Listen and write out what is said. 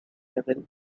level